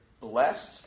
blessed